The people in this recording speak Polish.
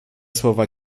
słowa